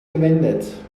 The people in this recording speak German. gewendet